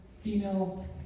female